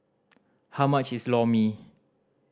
how much is Lor Mee